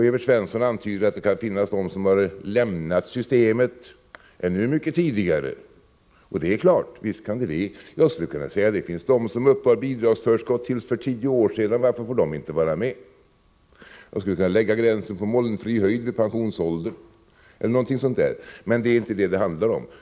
Evert Svensson antyder att det kan finnas sådana som har lämnat systemet ännu mycket tidigare. Visst kan det vara så. Jag skulle kunna säga: Varför får inte de som uppbar bidragsförskott till för tio år sedan vara med? Jag skulle kunna lägga gränsen på molnfri höjd vid pensionålder, eller något sådant. Men det är inte detta det handlar om.